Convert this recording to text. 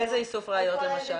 איזה איסוף ראיות למשל?